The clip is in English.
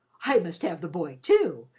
i must have the boy too,